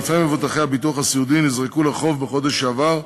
אלפי מבוטחי הביטוח הסיעודי נזרקו לרחוב בחודש שעבר,